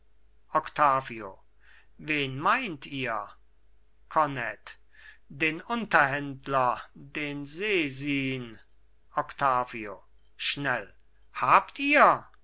wen meint ihr kornett den unterhändler den sesin octavio schnell habt ihr